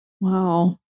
Wow